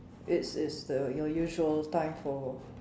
it's it's the your usual time for